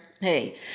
Hey